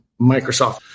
Microsoft